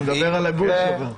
הוא מדבר על הגוש אבל.